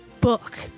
book